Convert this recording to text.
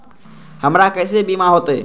हमरा केसे बीमा होते?